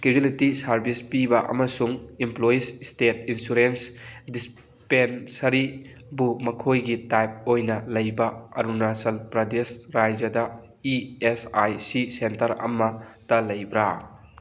casualty service ꯄꯤꯕ ꯑꯃꯁꯨꯡ employees state insurance ꯗꯤꯁꯄꯦꯟꯁꯔꯤꯕꯨ ꯃꯈꯣꯏꯒꯤ ꯇꯥꯏꯞ ꯑꯣꯏꯅ ꯂꯩꯕ ꯑꯔꯨꯅꯥꯆꯜ ꯄ꯭ꯔꯗꯦꯁ ꯔꯥꯏꯖ꯭ꯌꯗ E S I C centre ꯑꯃꯇ ꯂꯩꯕ꯭ꯔꯥ